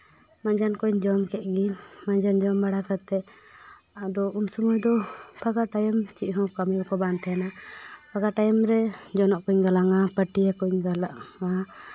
ᱢᱟᱡᱟᱱ ᱠᱚ ᱧ ᱡᱚᱢ ᱠᱮᱫ ᱜᱮ ᱢᱟᱡᱟᱱ ᱡᱚᱢ ᱵᱟᱲᱟ ᱠᱟᱛᱮ ᱟᱫᱚ ᱩᱱ ᱥᱚᱢᱚᱭ ᱫᱚ ᱚᱠᱟᱠᱚ ᱴᱟᱭᱤᱢ ᱪᱮᱫᱦᱚᱸ ᱠᱟᱹᱢᱤ ᱠᱚ ᱵᱟᱝ ᱛᱟᱦᱮᱱᱟ ᱯᱷᱟᱠᱟ ᱴᱟᱭᱤᱢ ᱨᱮ ᱡᱚᱱᱚᱜ ᱠᱚ ᱧ ᱜᱟᱞᱟᱝᱟ ᱯᱟᱹᱴᱭᱟᱹ ᱠᱚ ᱧ ᱜᱟᱞᱟᱝᱟ